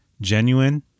genuine